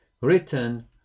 written